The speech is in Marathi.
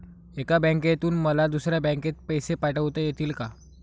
एका बँकेतून मला दुसऱ्या बँकेत पैसे पाठवता येतील का?